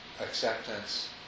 acceptance